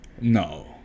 no